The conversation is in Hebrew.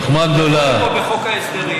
קודם כול לחבר הכנסת מזרחי,